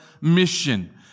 mission